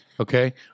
Okay